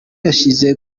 yashyize